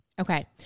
Okay